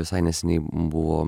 visai neseniai buvo